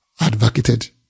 advocated